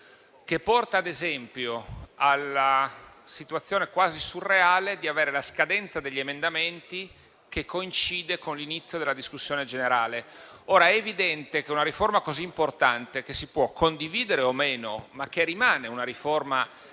che porta, ad esempio, alla situazione quasi surreale di avere la scadenza degli emendamenti che coincide con l'inizio della discussione generale. È evidente che una discussione su una riforma così importante, che si può condividere o meno, ma che rimane di enorme